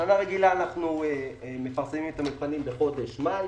בשנה רגילה אנחנו מפרסמים את המבחנים בחודש מאי,